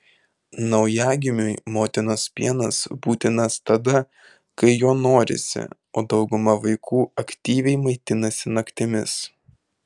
naujagimiui motinos pienas būtinas tada kai jo norisi o dauguma vaikų aktyviai maitinasi naktimis